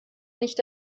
nicht